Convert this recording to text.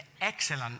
excellent